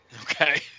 Okay